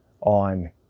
on